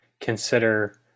consider